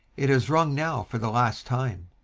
it has rung now for the last time.